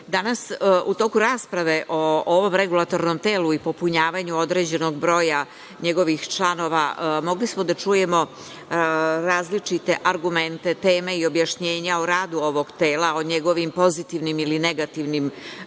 danas u toku rasprave o ovom Regulatornom telu i popunjavanju određenog broja njegovih članova mogli smo da čujemo različite argumente teme i objašnjenja o radu ovog tela o njegovim pozitivnim ili negativnim